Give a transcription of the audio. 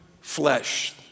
flesh